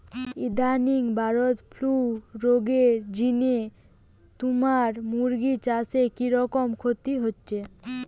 ইদানিং bird flu রগের জিনে তুমার মুরগি চাষে কিরকম ক্ষতি হইচে?